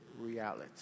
reality